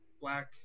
black